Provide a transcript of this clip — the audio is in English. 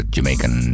Jamaican